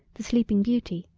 the sleeping beauty,